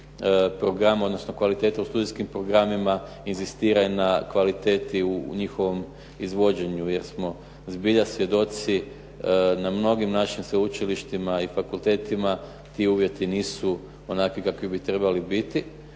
programa odnosno kvalitete u studijskim programima, inzistira i na kvaliteti u njihovom izvođenju jer smo zbilja svjedoci na mnogim našim sveučilištima i fakultetima ti uvjeti nisu onakvi kakvi bi trebali biti